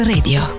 Radio